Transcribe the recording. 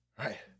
right